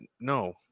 no